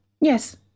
Yes